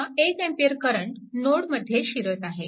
हा 1A current नोडमध्ये शिरत आहे